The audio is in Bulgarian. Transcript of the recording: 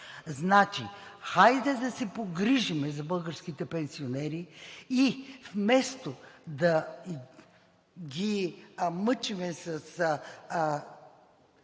Значи, хайде да се погрижим за българските пенсионери, и вместо да ги мъчим с